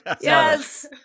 Yes